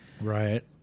Right